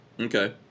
Okay